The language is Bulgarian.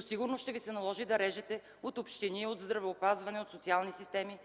Сигурно ще Ви се наложи да режете от общини, от здравеопазване, социални системи.